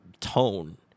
tone